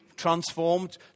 transformed